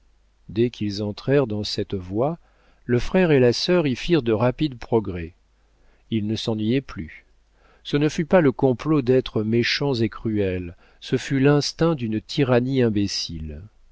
dès qu'ils entrèrent dans cette voie le frère et la sœur y firent de rapides progrès ils ne s'ennuyaient plus ce ne fut pas le complot d'êtres méchants et cruels ce fut l'instinct d'une tyrannie imbécile